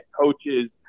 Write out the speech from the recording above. coaches